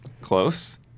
Close